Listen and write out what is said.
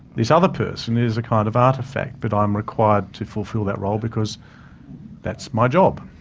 this other person is, a kind of, artefact that i'm required to fulfil that role because that's my job.